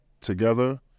together